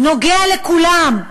נוגע לכולם,